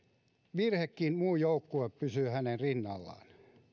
virhekin muu joukkue pysyy hänen rinnallaan